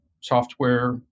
software